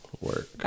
work